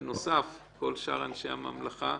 בנוסף, כל שאר אנשי הממלכה,